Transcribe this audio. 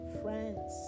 friends